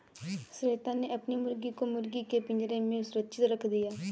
श्वेता ने अपनी मुर्गी को मुर्गी के पिंजरे में सुरक्षित रख दिया